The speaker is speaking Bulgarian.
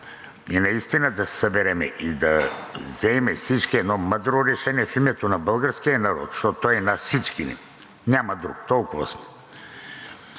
и наистина да се съберем и да вземем всички едно мъдро решение в името на българския народ, защото той е на всички ни, няма друг, толкова сме,